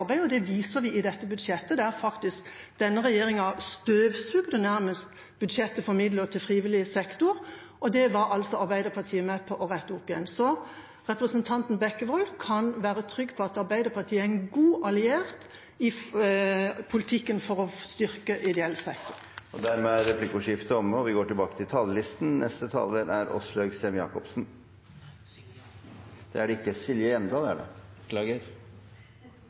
frivillig arbeid. Det viser vi i dette budsjettet, der faktisk denne regjeringa nærmest har støvsugd budsjettet for midler til frivillig sektor. Det er Arbeiderpartiet med på å rette opp igjen. Så representanten Bekkevold kan være trygg på at Arbeiderpartiet er en god alliert i politikken for å styrke ideell sektor. Dermed er replikkordskiftet omme. Jeg synes det er veldig kjekt å kunne stå her i dag og snakke om det jeg vil kalle barnas budsjett, nettopp fordi dette er